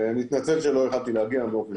ואני מתנצל שלא יכלתי להגיע באופן פיזי.